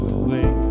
away